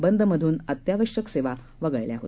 बंद मधून अत्यावश्यक सेवा वगळल्या आहेत